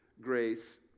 grace